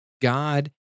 God